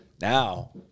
now